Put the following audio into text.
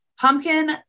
Pumpkin